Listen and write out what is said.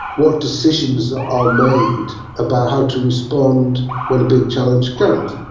what decisions are made about how to respond when a big challenge comes?